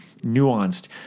nuanced